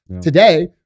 Today